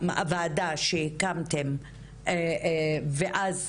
הוועדה שהקמתם ואז